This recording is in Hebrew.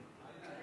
שלוש